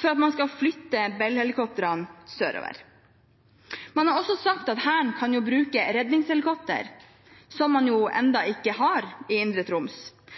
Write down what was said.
for at man skal flytte Bell-helikoptrene sørover. Man har også sagt at Hæren kan bruke redningshelikoptre, som man jo ennå ikke har i indre Troms.